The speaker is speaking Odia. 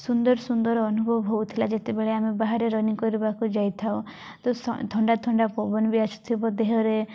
ସୁନ୍ଦର ସୁନ୍ଦର ଅନୁଭବ ହଉଥିଲା ଯେତେବେଳେ ଆମେ ବାହାରେ ରନିଙ୍ଗ କରିବାକୁ ଯାଇଥାଉ ତ ଥଣ୍ଡା ଥଣ୍ଡା ପବନ ବି ଆସୁଥିବ ଦେହରେ